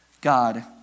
God